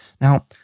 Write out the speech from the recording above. Now